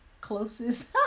closest